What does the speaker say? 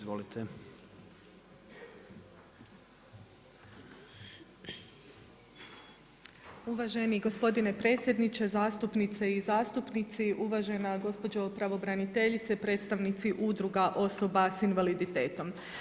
Uvaženi gospodine predsjedniče, zastupnice i zastupnici, uvažena gospođo pravobraniteljice, predstavnici Udruga osoba s invaliditetom.